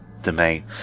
domain